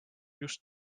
just